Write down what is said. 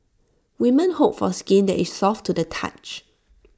women hope for skin that is soft to the touch